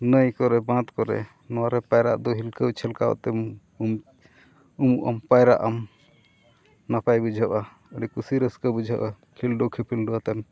ᱱᱟᱹᱭ ᱠᱚᱨᱮ ᱵᱟᱸᱫᱽ ᱠᱚᱨᱮ ᱱᱚᱣᱟ ᱨᱮ ᱯᱟᱭᱨᱟᱜ ᱫᱚ ᱦᱮᱞᱠᱟᱣ ᱪᱷᱤᱞᱠᱟᱹᱣ ᱛᱮᱢ ᱩᱢ ᱩᱢᱩᱜ ᱟᱢ ᱯᱟᱭᱨᱟᱜ ᱟᱢ ᱱᱟᱯᱟᱭ ᱵᱩᱡᱷᱟᱹᱜᱼᱟ ᱟᱹᱰᱤ ᱠᱩᱥᱤ ᱨᱟᱹᱥᱠᱟᱹ ᱵᱩᱡᱷᱟᱹᱜᱼᱟ ᱠᱷᱮᱞᱰᱩᱼᱠᱷᱤᱯᱤᱞᱰᱩ ᱟᱛᱮᱢ